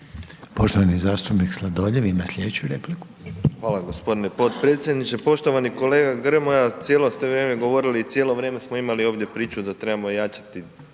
Poštovani zastupnik Sladoljev ima slijedeću repliku. **Sladoljev, Marko (MOST)** Hvala g. potpredsjedniče. Poštovani kolega Grmoja, cijelo ste vrijeme govorili i cijelo vrijeme smo imali ovdje priču da trebamo ojačati